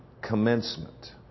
commencement